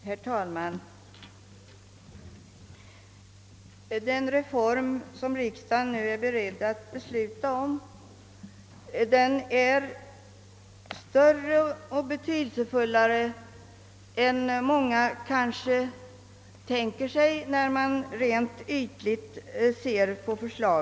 Herr talman! Den reform som riksdagen nu är beredd att besluta om är större och betydelsefullare än kanske många tror vid en ytlig betraktelse.